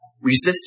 Resist